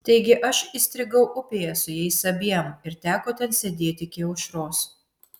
taigi aš įstrigau upėje su jais abiem ir teko ten sėdėti iki aušros